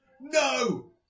No